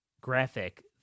graphic